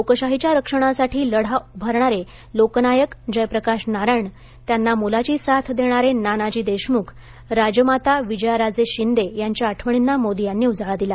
लोकशाहीच्या रक्षणासाठी लढा उभारणारे लोकनायक जयप्रकाश नारायण त्यांना मोलाची साथ देणारे प नानाजी देशमुख राजमाता विजयाराजे शिंदे यांच्या आठवणींना मोदी यांनी उजाळा दिला